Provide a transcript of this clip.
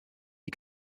die